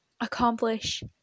Accomplish